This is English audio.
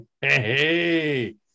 hey